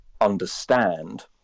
understand